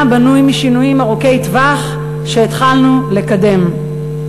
בנוי משינויים ארוכי טווח שהתחלנו לקדם.